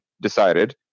decided